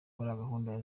gahunda